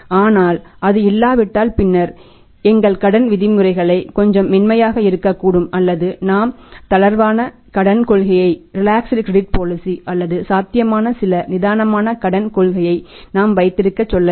ஆனால் அது இல்லாவிட்டால் பின்னர் எங்கள் கடன் விதிமுறைகள் கொஞ்சம் மென்மையாக இருக்கக்கூடும் அல்லது நாம் தளர்வான கடன் கொள்கையை அல்லது சாத்தியமான சில நிதானமான கடன் கொள்கையை நாம் வைத்திருக்க சொல்ல வேண்டும்